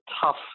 tough